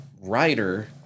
writer